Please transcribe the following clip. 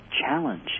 challenge